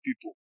people